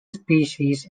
species